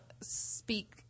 speak